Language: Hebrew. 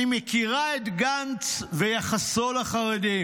אני מכירה את גנץ ויחסו לחרדים.